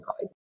high